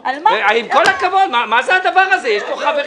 גפני, זה התפקיד שלנו פה.